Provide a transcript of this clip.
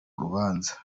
rubanza